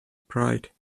pride